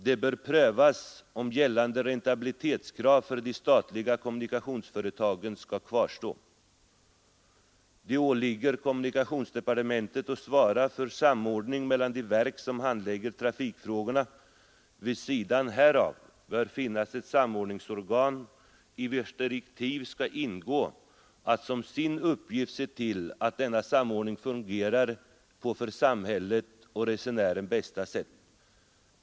Det bör prövas om gällande räntabilitetskrav för de statliga kommu Det åligger kommunikationsdepartementet att svara för samordning mellan de verk som handlägger trafikfrågor. Vid sidan härav bör finnas ett samordningsorgan i vars direktiv skall ingå att som sin uppgift se till att denna samordning fungerar på för samhället och resenären bästa sätt.